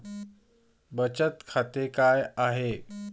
बचत खाते काय आहे?